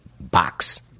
box